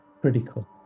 critical